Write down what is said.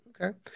okay